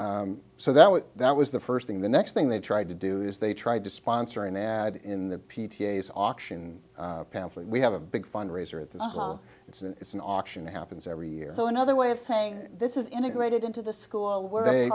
it so that what that was the first thing the next thing they tried to do is they tried to sponsor an ad in the p t a s auction pamphlet we have a big fundraiser at the it's a it's an auction happens every year so another way of saying this is integrated into the school where they